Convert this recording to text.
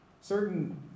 certain